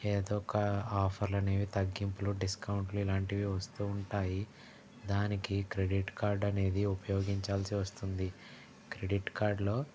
ఏదొక ఆఫర్లు అనేవి తగ్గింపులు డిస్కౌంట్లు ఇలాంటివి వస్తూ ఉంటాయి దానికి క్రెడిట్ కార్డు అనేది ఉపయోగించాల్సి వస్తుంది క్రెడిట్ కార్డులో